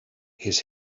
his